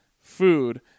food